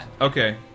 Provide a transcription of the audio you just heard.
Okay